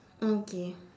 okay